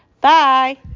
Bye